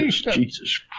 Jesus